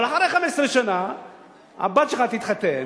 אבל אחרי 15 שנה הבת שלך תתחתן,